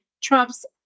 Trump's